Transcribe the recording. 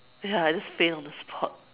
ya I just faint on the spot